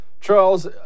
Charles